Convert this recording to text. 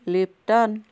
Lipton